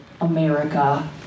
America